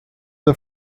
the